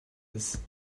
ist